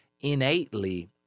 innately